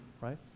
right